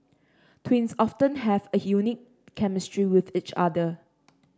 twins often have a unique chemistry with each other